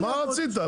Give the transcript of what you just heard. מה רצית?